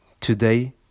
Today